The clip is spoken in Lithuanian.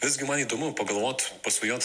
visgi man įdomu pagalvot pasvajot